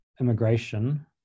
immigration